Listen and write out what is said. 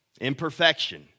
imperfection